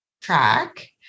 track